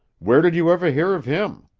where did you ever hear of him?